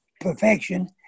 perfection